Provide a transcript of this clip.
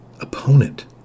opponent